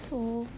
so